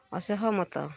ଅସହମତ